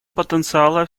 потенциала